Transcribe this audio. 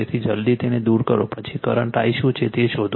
તેથી જલદી તેને દૂર કરો પછી કરંટ I શું છે તે શોધો